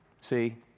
See